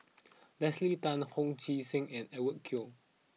Leslie Tay Hong Sek Chern and Edwin Koek